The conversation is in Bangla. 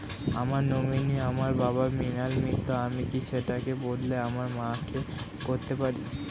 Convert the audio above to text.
আমার নমিনি আমার বাবা, মৃণাল মিত্র, আমি কি সেটা বদলে আমার মা কে করতে পারি?